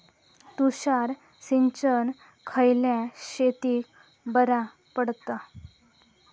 तुषार सिंचन खयल्या शेतीक बरा पडता?